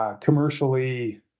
Commercially